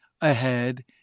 ahead